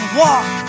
walk